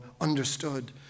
understood